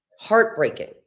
heartbreaking